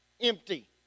empty